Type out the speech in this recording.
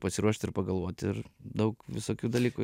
pasiruošt ir pagalvot ir daug visokių dalykų